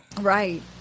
Right